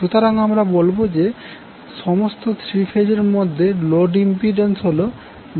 সুতরাং আমরা বলবো যে সমস্ত থ্রি ফেজের মধ্যে লোড ইম্পিড্যান্স হল ZY